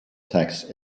text